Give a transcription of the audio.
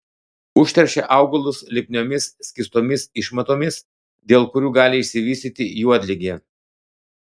užteršia augalus lipniomis skystomis išmatomis dėl kurių gali išsivystyti juodligė